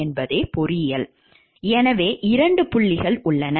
எனவே 2 புள்ளிகள் உள்ளன